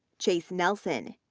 chase nelson,